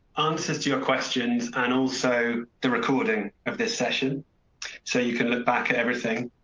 answers to your questions and also the recording of this session so you can look back everything.